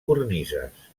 cornises